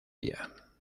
ella